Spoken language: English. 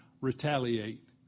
retaliate